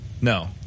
No